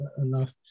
enough